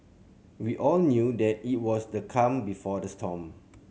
we all knew that it was the calm before the storm